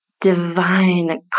divine